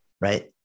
right